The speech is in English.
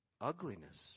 Ugliness